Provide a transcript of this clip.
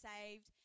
saved